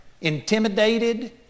intimidated